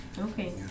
Okay